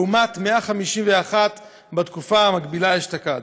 לעומת 151 בתקופה המקבילה אשתקד.